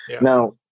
Now